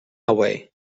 away